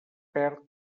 perd